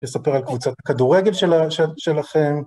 לספר על קבוצת הכדורגל שלכם.